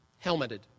Helmeted